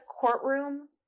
courtroom